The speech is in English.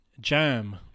jam